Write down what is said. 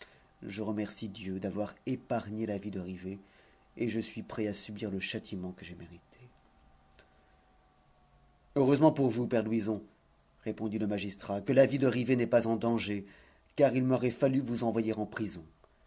je remercie dieu d'avoir épargné la vie de rivet et je suis prêt à subir le châtiment que j'ai mérité heureusement pour vous père louison répondit le magistrat que la vie de rivet n'est pas en danger car il m'aurait fallu vous envoyer en prison